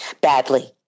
Badly